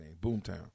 Boomtown